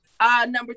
Number